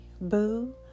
boo